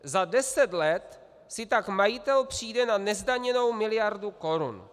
Za deset let si tak majitel přijde na nezdaněnou miliardu korun.